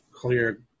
clear